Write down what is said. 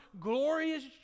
glorious